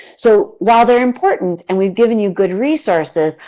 so, while they're important and we've given you good resources,